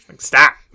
stop